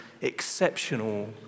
exceptional